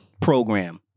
program